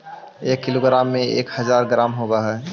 एक किलोग्राम में एक हज़ार ग्राम होव हई